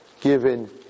given